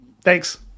Thanks